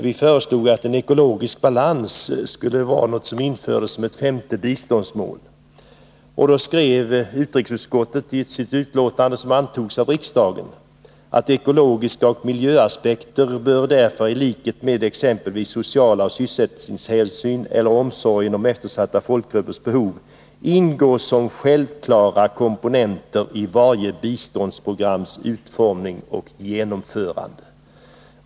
Vi föreslog att ekologisk balans skulle införas som ett femte biståndsmål. Då skrev utrikesutskottet i sitt betänkande, som antogs av riksdagen: Ekologiska och miljöaspekter bör därför i likhet med exempelvis sociala hänsyn och sysselsättningshänsyn eller omsorgen om eftersatta folkgruppers behov ingå som självklara komponenter i varje biståndsprograms utformning och genomförande.